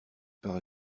pars